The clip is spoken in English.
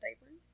diapers